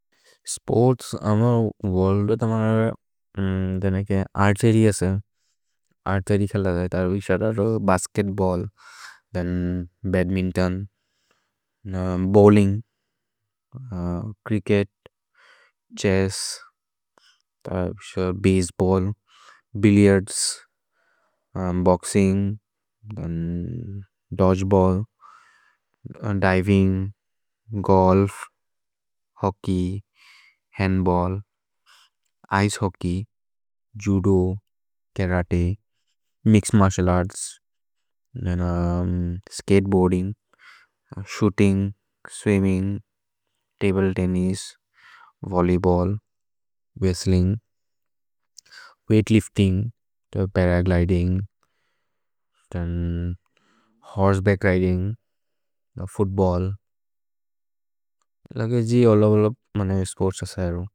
स्पोर्त्स्, अमर् वोर्ल्दे तमर् देने के अर्तरि अस। अर्तरि खलद है, तरो इश द बस्केत्बल्ल्, थेन् badminton, bowling, cricket, chess, baseball, billiards, boxing, dodgeball, diving, golf, hockey, handball, ice hockey, judo, karate, mixed martial arts, skateboarding, shooting, swimming, table tennis, volleyball, wrestling, weightlifting, paragliding, horseback riding, football. लगय् जि होलो होलो मने sports असयरु।